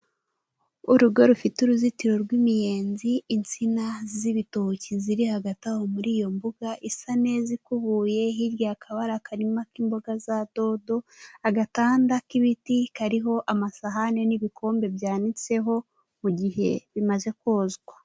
Urugo rufite uruzitiro rw'imiyenzi ,itsina z'ibitoki ziri hagati aho muri iyo mbuga isa neza ikubuye hirya akabara akarima k'imboga za dodo ,agatanda k'ibiti kariho amasahani n'ibikombe byanitseho mu gihe bimaze kozwa.